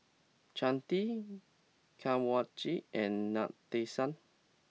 Chandi Kanwaljit and Nadesan